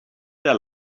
their